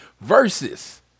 versus